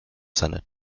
senate